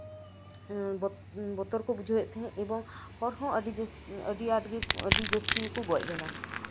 ᱵᱚᱛᱚᱨ ᱠᱚ ᱵᱩᱡᱷᱟᱹᱣ ᱮᱫ ᱛᱟᱦᱮᱱ ᱮᱵᱚᱝ ᱦᱚᱲ ᱦᱚᱸ ᱟᱹᱰᱤ ᱟᱸᱴ ᱟᱹᱰᱤ ᱡᱟᱹᱥᱛᱤ ᱜᱮᱠᱚ ᱜᱚᱡ ᱞᱮᱱᱟ